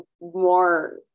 more